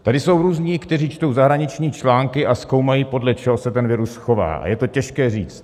Tady jsou různí, kteří čtou zahraniční články a zkoumají, podle čeho se ten virus chová, a je to těžké říct.